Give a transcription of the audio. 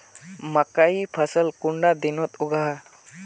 मकई फसल कुंडा दिनोत उगैहे?